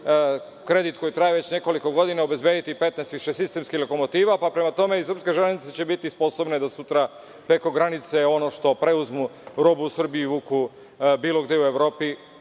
kredit koji traje već nekoliko godina obezbediti 15 višesistemskih lokomotiva, pa prema tome i srpske železnice će biti sposobne da sutra preko granice ono što preuzmu robu u Srbiji i vuku bilo gde u Evropi